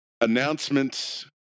announcements